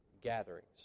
gatherings